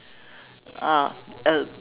ah uh